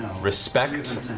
respect